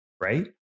right